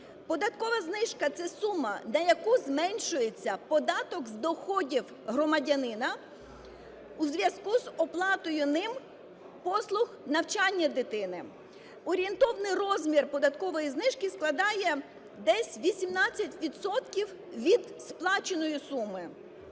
Податкова знижка – це сума, на яку зменшується податок з доходів громадянина у зв'язку з оплатою ним послуг навчання дитини. Орієнтовний розмір податкової знижки складає десь 18 відсотків від сплаченої суми.